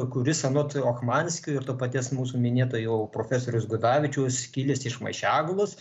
kuris anot ochmanskio ir to paties mūsų minėto jau profesoriaus gudavičiaus kilęs iš maišiagalos